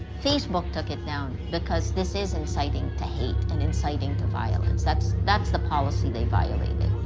facebook took it down because this is inciting to hate and inciting to violence. that's that's the policy they violated.